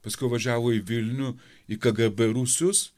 paskiau važiavo į vilnių į kgb rūsius